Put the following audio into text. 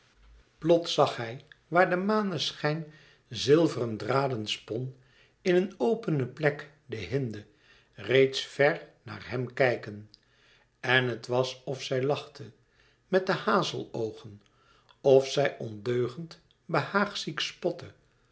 plots zag hij waar de maneschijn zilveren draden spon in een opene plek de hinde reeds ver naar hem kijken en het was of zij lachte met de hazeloogen of zij ondeugend behaagziek spotte